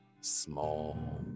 small